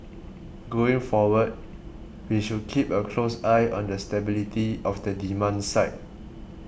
going forward we should keep a close eye on the stability of the demand side